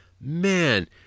man